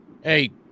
Hey